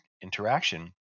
interaction